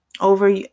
over